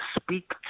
speak